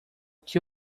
que